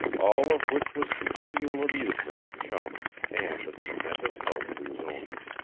all of which was continual amusement to chum, and a tremendous help to his owner.